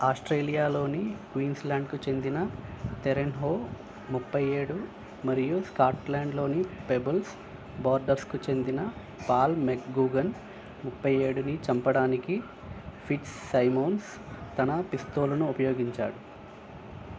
ఆస్ట్రేలియాలోని క్వీన్స్ల్యాండ్కు చెందిన తెరెన్ హో ముప్ఫైఏడు మరియు స్కాట్లాండ్లోని పెబెల్స్ బోర్డర్స్కు చెందిన పాల్ మెక్గూగన్ ముప్పై ఏడుని చంపడానికి ఫిట్జ్సైమోన్స్ తన పిస్తోలును ఉపయోగించాడు